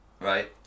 Right